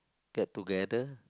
get together